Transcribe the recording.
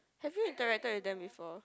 have you interacted with them before